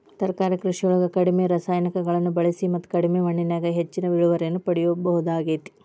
ತರಕಾರಿ ಕೃಷಿಯೊಳಗ ಕಡಿಮಿ ರಾಸಾಯನಿಕಗಳನ್ನ ಬಳಿಸಿ ಮತ್ತ ಕಡಿಮಿ ಮಣ್ಣಿನ್ಯಾಗ ಹೆಚ್ಚಿನ ಇಳುವರಿಯನ್ನ ಪಡಿಬೋದಾಗೇತಿ